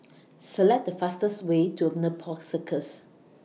Select The fastest Way to Nepal Circus